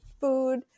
food